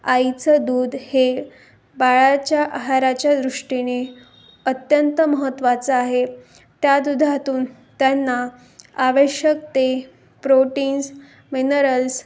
आईचं दूध हे बाळाच्या आहाराच्या दृष्टीने अत्यंत महत्त्वाचं आहे त्या दुधातून त्यांना आवश्यक ते प्रोटीन्स मिनरल्स